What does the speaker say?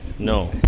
No